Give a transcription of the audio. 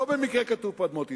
לא במקרה כתוב פה אדמות ישראל,